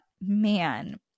man